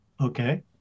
Okay